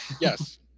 Yes